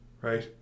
Right